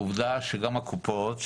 עובדה שגם הקופות,